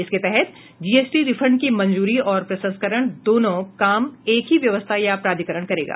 इसके तहत GST refund की मंजूरी और प्रसंस्करण दोनों काम एक ही व्यवस्था या प्राधिकरण करेगा